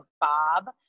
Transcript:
bob